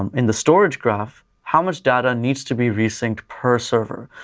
um in the storage graph, how much data needs to be re-synced per server.